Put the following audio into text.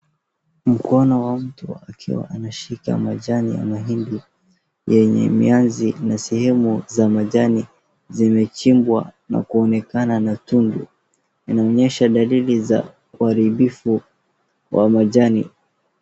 Mkono wa mtu akiwa ameshika majani ya mahindi yenye mianzi na sehemu ya majani zimechimbwa na kuonekana na tundu inaonyesha dalili za uharibifu wa majani.